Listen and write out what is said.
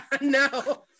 no